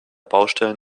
baustellen